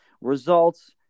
results